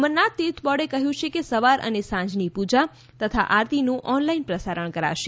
અમરનાથ તીર્થ બોર્ડે કહ્યું કે સવાર અને સાંજની પૂજા તથા આરતીનું ઓનલાઇન પ્રસારણ કરાશે